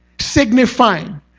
Signifying